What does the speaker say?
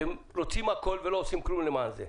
אתם רוצים הכול ולמעשה לא עושים כלום למען זה.